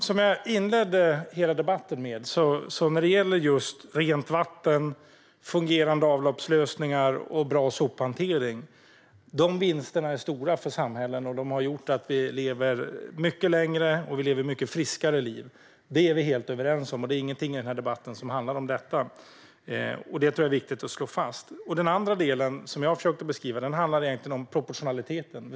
Herr talman! Som jag inledde hela debatten med att säga är vinsterna med just rent vatten, fungerande avloppslösningar och bra sophantering stora för samhällen. De har gjort att vi lever mycket längre och mycket friskare liv. Det är vi helt överens om, och ingenting i den här debatten handlar om detta. Det tror jag är viktigt att slå fast. Den andra delen, som jag har försökt att beskriva, handlar egentligen om proportionaliteten.